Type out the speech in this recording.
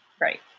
Right